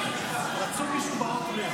רצו מישהו באות מ',